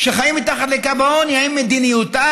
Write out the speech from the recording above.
שחיים מתחת לקו העוני: האם מדיניותה